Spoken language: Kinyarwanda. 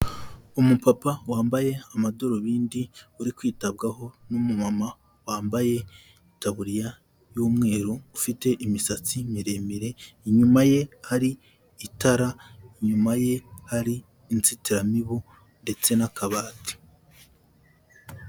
Umupapa wambaye amadorubindi uri kwitabwaho n'umumama wambaye itaburiya y'umweru ufite imisatsi miremire, inyuma ye hari itara, inyuma ye hari inzitiramibu ndetse n'akabati.